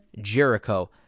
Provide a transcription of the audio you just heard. Jericho